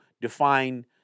define